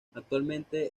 actualmente